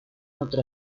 otro